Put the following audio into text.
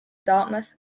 dartmouth